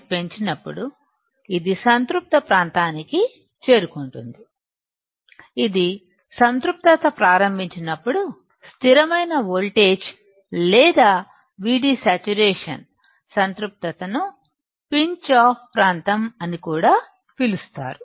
ని పెంచినప్పుడు ఇది సంతృప్త ప్రాంతానికి చేరుకుంటుంది ఇది సంతృప్తత ప్రారంభించినప్పుడు స్థిరమైన వోల్టేజ్ లేదా VD saturation సంతృప్తతను పిన్చ్ ఆఫ్ ప్రాంతం అని కూడా పిలుస్తారు